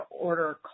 order